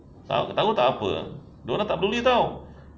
tahu tak apa dia orang tak peduli [tau]